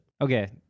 Okay